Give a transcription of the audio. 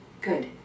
Good